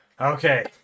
Okay